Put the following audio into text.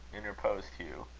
interposed hugh,